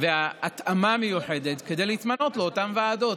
והתאמה מיוחדת כדי להתמנות לאותן ועדות.